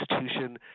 institution